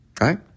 Right